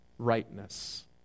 rightness